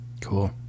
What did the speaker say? cool